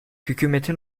hükümetin